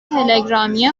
تلگرامی